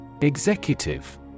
Executive